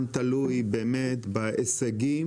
אני חושב שהוא גם תלוי באמת בהישגים